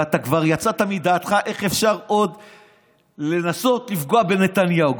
ואתה כבר יצאת מדעתך איך אפשר עוד לנסות לפגוע בנתניהו.